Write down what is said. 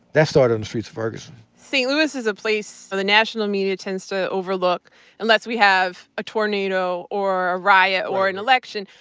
that started on the streets of ferguson. st. louis is a place the national media tends to overlook unless we have a tornado or a riot or an election,